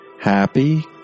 Happy